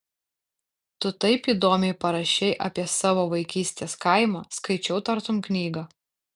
tu taip įdomiai parašei apie savo vaikystės kaimą skaičiau tartum knygą